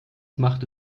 machte